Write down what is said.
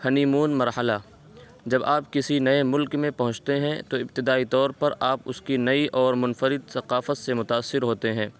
honey مون مرحلہ جب آپ کسی نئے ملک میں پہنچتے ہیں تو ابتدائی طور پر آپ اس کی نئی اور منفرد ثقافت سے متاثر ہوتے ہیں